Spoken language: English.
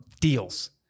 deals